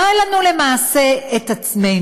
מראה לנו למעשה את עצמנו.